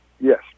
yes